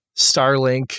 Starlink